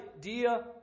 dear